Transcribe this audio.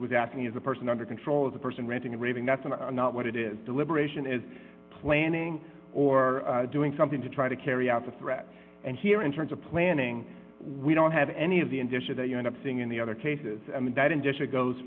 was acting as a person under control of the person ranting and raving that's not what it is deliberation is planning or doing something to try to carry out the threat and here in terms of planning we don't have any of the indicia that you end up seeing in the other cases that industry goes